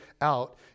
out